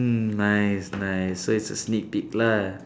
mm nice nice so it's a sneak peak lah